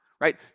right